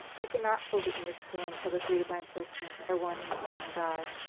we cannot fully understand how the three divine persons are one and the same god,